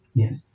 yes